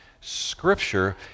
Scripture